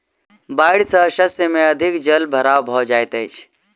बाइढ़ सॅ शस्य में अधिक जल भराव भ जाइत अछि